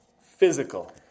physical